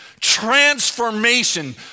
transformation